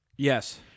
Yes